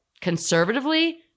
conservatively